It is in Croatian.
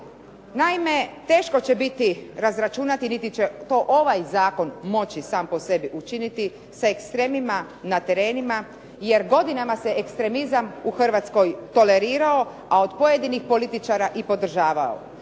Naime, teško će biti razračunati, niti će to ovaj zakon moći sam po sebi učiniti sa ekstremima na terenima. Jer godinama se ekstremizam u Hrvatskoj tolerirao, a od pojedinih političara i podržavao.